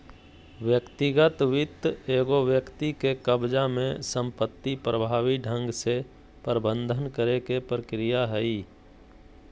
व्यक्तिगत वित्त एगो व्यक्ति के कब्ज़ा में संपत्ति प्रभावी ढंग से प्रबंधन के प्रक्रिया हइ